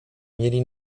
mieli